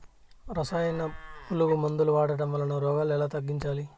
రసాయన పులుగు మందులు వాడడం వలన రోగాలు ఎలా తగ్గించాలి?